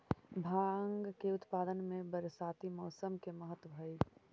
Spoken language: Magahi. भाँग के उत्पादन में बरसाती मौसम के महत्त्व हई